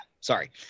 Sorry